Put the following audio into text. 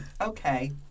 okay